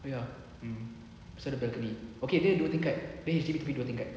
ya mm pasal ada balcony okay dia dua tingkat dia H_D_B tapi dua tingkat